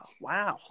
Wow